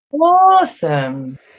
Awesome